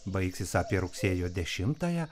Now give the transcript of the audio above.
baigsis apie rugsėjo dešimtąją